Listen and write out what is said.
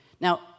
Now